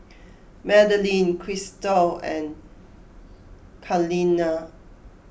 Madaline Christal and Kaleena